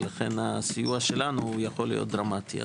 הסיוע שלנו יכול להיות דרמטי.